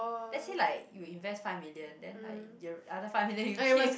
let's say like you invest five million then like your other five million you keep